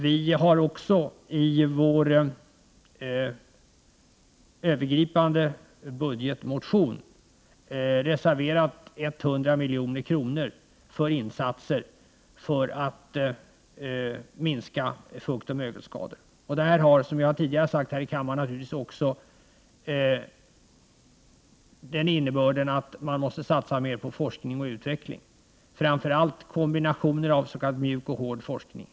Vi har också i vår övergripande budgetmotion reserverat 100 milj.kr. för insatser för att minska fuktoch mögelskador. Detta har naturligtvis, som jag tidigare har sagt här i kammaren, också den innebörden att man måste satsa mer på forskning och utveckling, framför allt kombinationer av ”mjuk” och ”hård” forskning.